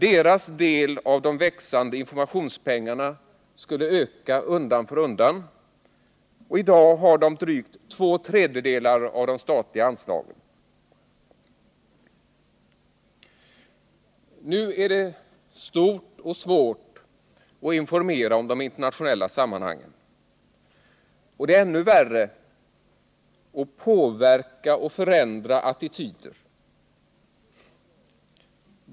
Deras andel av de växande informationspengarna skulle öka undan för undan. I dag har de drygt två tredjedelar av de statliga anslagen. Det är svårt att informera om de internationella sammanhangen, och det är ännu svårare att påverka och förändra attityder.